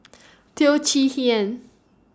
Teo Chee Hean